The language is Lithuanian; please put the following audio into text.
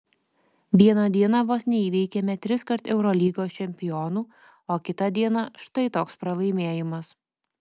vieną dieną vos neįveikėme triskart eurolygos čempionų o kitą dieną štai toks pralaimėjimas